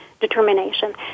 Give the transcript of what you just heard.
determination